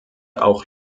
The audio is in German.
auch